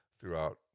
throughout